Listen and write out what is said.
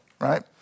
Right